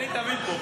אני תמיד פה.